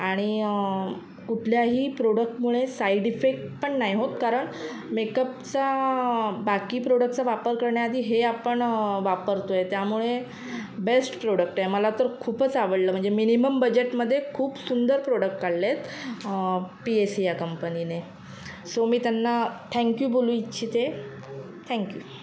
आणि कुठल्याही प्रोडक्टमुळे साईड इफेक्ट पण नाही होत कारण मेकअपचा बाकी प्रोडक्टचा वापर करण्याआधी हे आपण वापरत आहे त्यामुळे बेस्ट प्रोडक्ट आहे मला तर खूपच आवडलं म्हणजे मिनिमम बजेटमध्ये खूप सुंदर प्रोडक्ट काढले आहेत पी ए सी या कंपनीने सो मी त्यांना थँक्यू बोलू इच्छिते थँक्यू